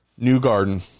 Newgarden